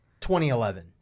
2011